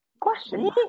Question